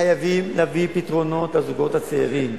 חייבים להביא פתרונות לזוגות הצעירים.